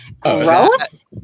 gross